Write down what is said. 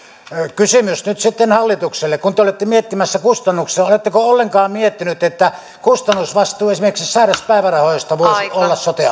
kysymys nyt sitten hallitukselle kun te olette miettimässä kustannuksia oletteko ollenkaan miettinyt että kustannusvastuu esimerkiksi sairauspäivärahoista voisi olla sote